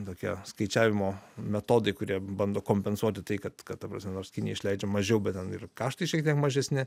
tokie skaičiavimo metodai kurie bando kompensuoti tai kad kad ta prasme nors kinija išleidžia mažiau bet ten ir karštai šiek tiek mažesni